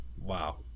Wow